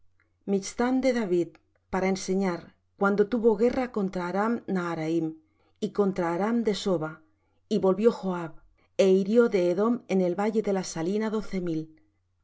susan heduth michtam de david para enseñar cuando tuvo guerra contra aram naharaim y contra aram de soba y volvió joab é hirió de edom en el valle de las salina doce mil